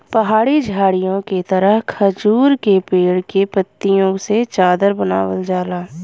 पहाड़ी झाड़ीओ के तरह खजूर के पेड़ के पत्तियों से चादर बनावल जाला